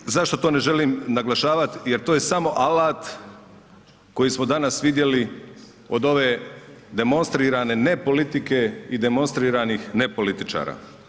Danas, zašto to ne želim naglašavat, jer to je samo alat koji smo danas vidjeli od ove demonstrirane ne politike i demonstriranih ne političara.